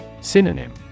Synonym